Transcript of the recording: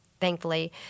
thankfully